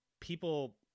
people